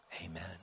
Amen